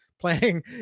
playing